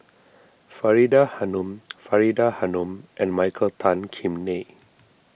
Faridah Hanum Faridah Hanum and Michael Tan Kim Nei